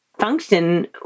function